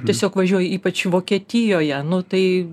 tiesiog važiuoji ypač vokietijoje nu tai